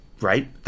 Right